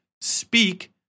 speak